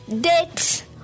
date